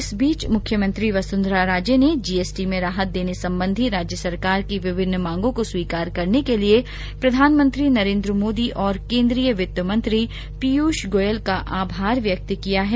इस बीच मुख्यमंत्री वसुंधरा राजे ने जीएसटी में राहत देने संबंधी राज्य सरकार की विभिन्न मांगों को स्वीकार करने के लिए प्रधानमंत्री नरेन्द्र मोदी और केन्द्रीय वित्त मंत्री पीयूष गोयल का आभार व्यक्त किया है